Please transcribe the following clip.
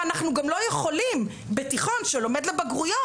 ואנחנו גם לא יכולים בתיכון שלומד לבגרויות,